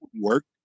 work